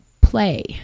play